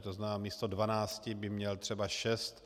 To znamená, místo dvanácti by měl třeba šest.